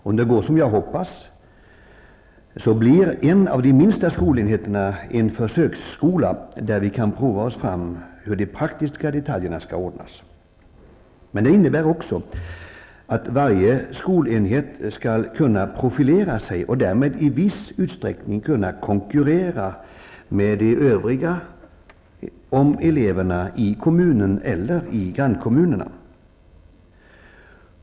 Om det går som jag hoppas blir en av de minsta skolenheterna en försöksskola där vi kan prova oss fram hur de praktiska detaljerna skall ordnas. Det innebär också att varje skolenhet skall kunna profilera sig och därmed i viss utsträckning kunna konkurrera med de övriga skolenheterna om eleverna i kommunen eller grannkommunerna.